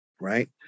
Right